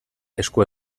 esku